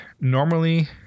normally